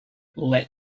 let